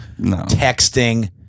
texting